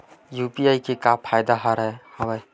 UPI के का फ़ायदा हवय?